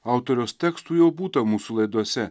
autoriaus tekstų jau būta mūsų laidose